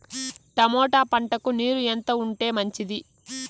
Tomato పంటకు నీరు ఎంత ఉంటే మంచిది?